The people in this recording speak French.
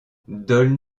donne